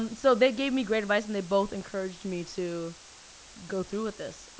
and so they gave me great advice and they both encouraged me to go through with this.